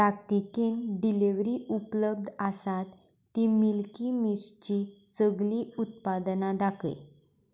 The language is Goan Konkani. ताकतिकेन डिलिव्हरी उपलब्ध आसात तीं मिल्की मिस्टचीं सगळीं उत्पादनां दाखय